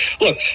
Look